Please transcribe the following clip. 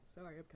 sorry